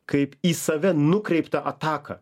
kaip į save nukreiptą ataką